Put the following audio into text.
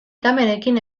kamerekin